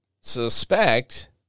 suspect